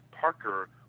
Parker